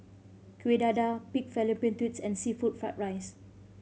Kuih Dadar pig fallopian tubes and seafood fried rice